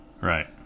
right